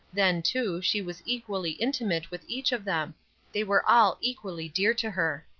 then, too, she was equally intimate with each of them they were all equally dear to her.